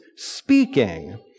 Speaking